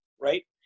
right